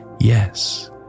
yes